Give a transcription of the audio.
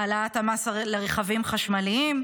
העלאת המס על רכבים חשמליים,